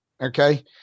Okay